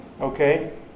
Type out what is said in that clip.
Okay